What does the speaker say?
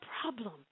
problem